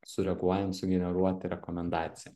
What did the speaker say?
sureaguojant sugeneruoti rekomendaciją